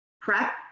prep